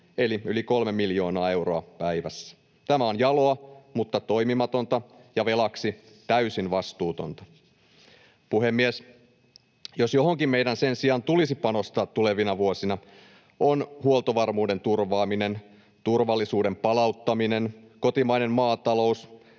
eli yli kolme miljoonaa euroa päivässä. Tämä on jaloa mutta toimimatonta ja velaksi täysin vastuutonta. Puhemies! Ne, mihin meidän sen sijaan tulisi panostaa tulevina vuosina, ovat huoltovarmuuden turvaaminen, turvallisuuden palauttaminen, kotimainen maatalous,